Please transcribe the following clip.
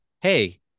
hey